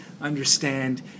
understand